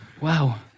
Wow